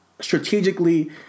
strategically